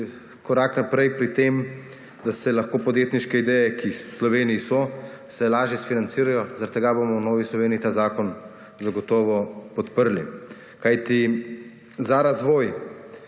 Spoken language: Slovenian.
korak naprej pri tem, da se lahko podjetniške ideje, ki v Sloveniji so, se lažje sfinancirajo, zaradi tega bomo v Novi Sloveniji ta zakon zagotovo podprli, kajti za razvoj